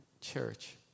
Church